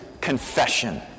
confession